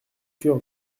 cœur